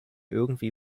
irgendwie